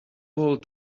old